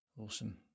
Awesome